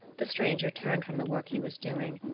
the stranger turned from the work he was doing,